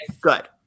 Good